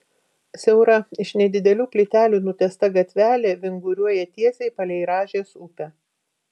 siaura iš nedidelių plytelių nutiesta gatvelė vinguriuoja tiesiai palei rąžės upę